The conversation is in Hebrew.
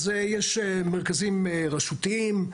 אז יש מרכזיים רשותיים,